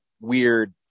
weird